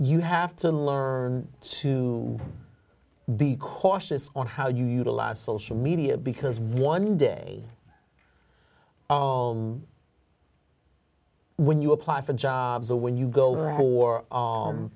you have to learn to be cautious on how you utilize social media because one day when you apply for jobs or when you go who are o